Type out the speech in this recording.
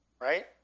right